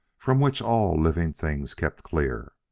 from which all living things kept clear?